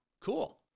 cool